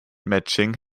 matching